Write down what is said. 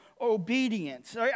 obedience